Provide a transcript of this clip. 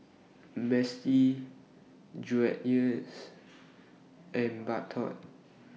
Betsy Dreyers and Bardot